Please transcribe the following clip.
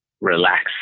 relax